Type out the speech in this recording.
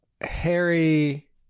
Harry